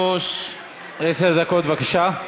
עשר דקות, בבקשה.